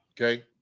okay